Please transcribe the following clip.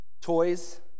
Toys